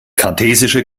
kartesische